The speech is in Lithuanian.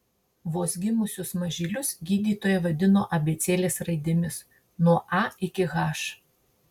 vos gimusius mažylius gydytojai vadino abėcėlės raidėmis nuo a iki h